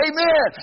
Amen